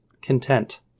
content